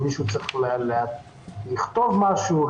מישהו צריך לכתוב משהו?